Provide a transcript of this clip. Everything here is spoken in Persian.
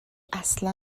اصلا